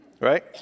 right